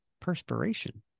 perspiration